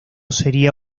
sería